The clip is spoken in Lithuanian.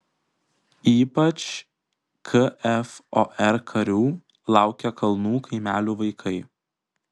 ypač kfor karių laukia kalnų kaimelių vaikai